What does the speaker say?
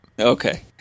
Okay